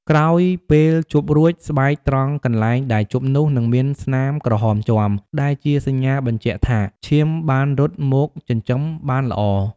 ក្រោយពេលជប់រួច ស្បែកត្រង់កន្លែងដែលជប់នោះនឹងមានស្នាមក្រហមជាំ ដែលជាសញ្ញាបញ្ជាក់ថាឈាមបានរត់មកចិញ្ចឹមបានល្អ។